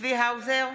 צבי האוזר,